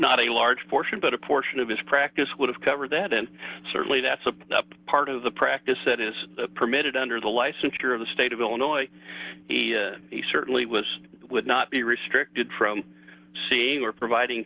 not a large portion but a portion of his practice would have covered that and certainly that's part of the practice that is permitted under the licensure of the state of illinois he certainly was would not be restricted from seeing or providing